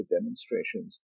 demonstrations